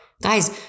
Guys